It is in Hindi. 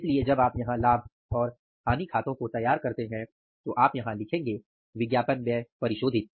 इसलिए जब आप यहाँ लाभ और हानि खाते को तैयार करते हैं तो आप यहां लिखेंगे विज्ञापन व्यय परिशोधित